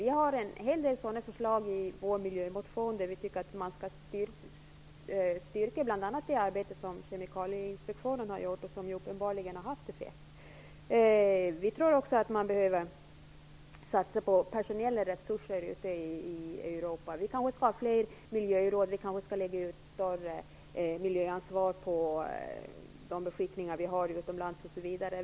Vi har en hel del förslag i vår miljömotion. Vi tycker bl.a. att man skall stödja det arbete som Kemikalieinspektionen har gjort och som uppenbarligen har haft effekt. Vi tror också att man behöver satsa på personella resurser i Europa. Man kanske skall ha fler miljöråd, kanske skall lägga ut större miljöansvar på de beskickningar Sverige har utomlands, osv.